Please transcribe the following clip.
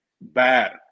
bad